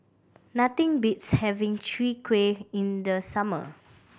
nothing beats having Chwee Kueh in the summer